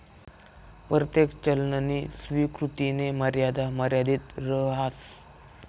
परतेक चलननी स्वीकृतीनी मर्यादा मर्यादित रहास